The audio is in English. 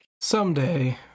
Someday